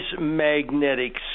magnetic